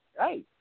Hey